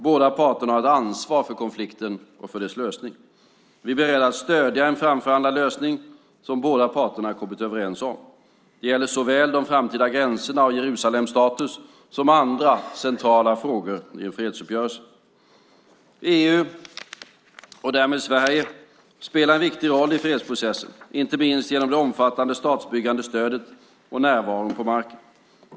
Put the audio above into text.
Båda parter har ett ansvar för konflikten och dess lösning. Vi är beredda att stödja en framförhandlad lösning som båda parter kommit överens om. Det gäller såväl de framtida gränserna och Jerusalems status som andra centrala frågor i en fredsuppgörelse. EU och därmed Sverige spelar en viktig roll i fredsprocessen, inte minst genom det omfattande statsbyggande stödet och närvaron på marken.